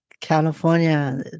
California